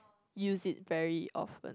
use it very often